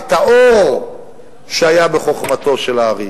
את האור שהיה בחוכמתו של האר"י.